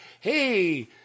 hey